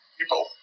people